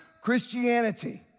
Christianity